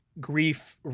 grief